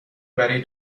برای